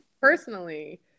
personally